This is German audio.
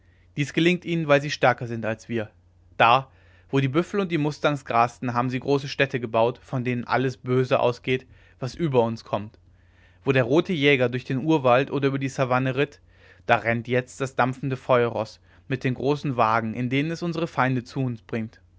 dies gelingt ihnen weil sie stärker sind als wir da wo die büffel und die mustangs grasten haben sie große städte gebaut von denen alles böse ausgeht was über uns kommt wo der rote jäger durch den urwald oder über die savanne ging da rennt jetzt das dampfende feuerroß mit den großen wagen in denen es unsere feinde zu uns bringt